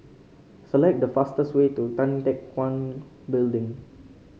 select the fastest way to Tan Teck Guan Building